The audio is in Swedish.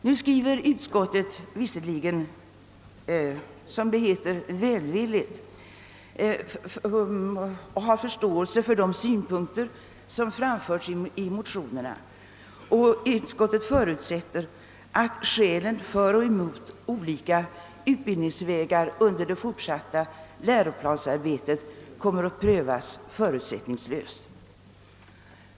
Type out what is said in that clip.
Nu skriver visserligen utskottet välvilligt — såsom det heter — och visar förståelse för de synpunkter som framförts i motionerna. Utskottet förutsätter att skälen för och emot olika utbildningsvägar under det fortsatta läroplansarbetet kommer att prövas förutsättningslöst.